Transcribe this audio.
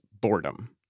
boredom